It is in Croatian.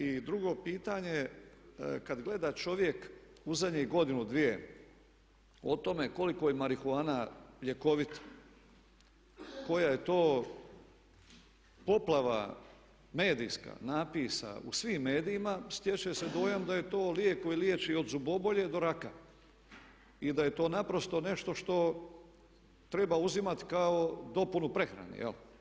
I drugo pitanje je kad gleda čovjek u zadnjih godinu, dvije o tome koliko je marihuana ljekovita, koja je to poplava medijska napisa u svim medijima stječe se dojam da je to lijek koji liječi od zubobolje do raka i da je to naprosto nešto što treba uzimati kao dopunu prehrani.